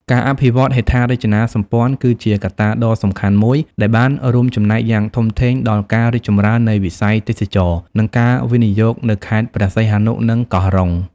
ការអភិវឌ្ឍហេដ្ឋារចនាសម្ព័ន្ធ គឺជាកត្តាដ៏សំខាន់មួយដែលបានរួមចំណែកយ៉ាងធំធេងដល់ការរីកចម្រើននៃវិស័យទេសចរណ៍ និងការវិនិយោគនៅខេត្តព្រះសីហនុ និងកោះរ៉ុង។